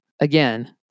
again